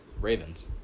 Ravens